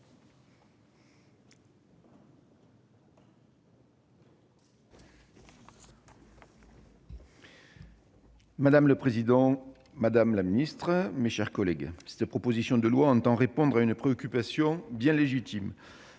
madame la ministre, mes chers collègues, cette proposition de loi entend répondre à une préoccupation bien légitime,